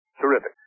terrific